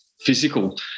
physical